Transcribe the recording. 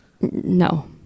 No